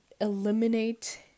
eliminate